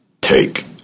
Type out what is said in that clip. Take